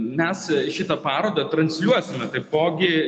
mes šitą parodą transliuosime taipogi